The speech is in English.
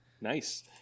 Nice